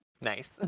nice